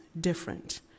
different